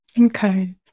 Okay